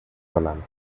hablando